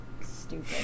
stupid